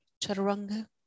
chaturanga